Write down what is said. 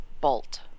bolt